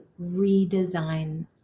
redesign